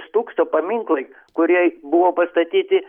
stūkso paminklai kurie buvo pastatyti